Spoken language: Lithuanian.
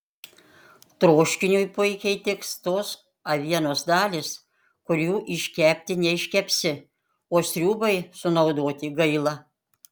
troškiniui puikiai tiks tos avienos dalys kurių iškepti neiškepsi o sriubai sunaudoti gaila